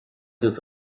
des